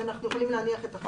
אנחנו יכולים להניח את החוק.